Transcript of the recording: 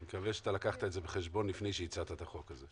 אני מקווה שלקחת את זה בחשבון לפני שהצעת את הצעת החוק הזאת.